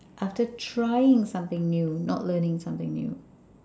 after trying something new not learning something new